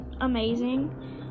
amazing